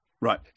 Right